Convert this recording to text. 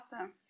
awesome